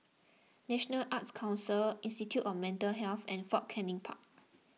National Arts Council Institute of Mental Health and Fort Canning Park